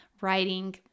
writing